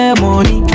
money